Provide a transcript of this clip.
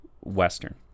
Western